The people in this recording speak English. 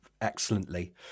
excellently